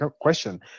question